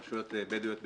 רשויות בדואיות בעיקר,